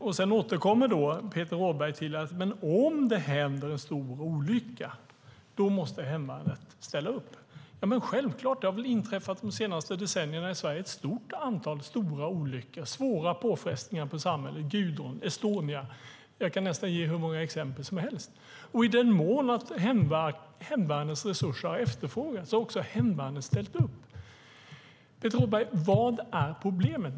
Peter Rådberg återkommer till att om det händer en stor olycka måste hemvärnet ställa upp. Självklart! Det har väl inträffat ett stort antal stora olyckor, svåra påfrestningar på samhället, de senaste decennierna i Sverige. Gudrun, Estonia - jag kan nästan ge hur många exempel som helst. I den mån hemvärnets resurser har efterfrågats har också hemvärnet ställt upp. Peter Rådberg! Vad är problemet?